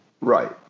Right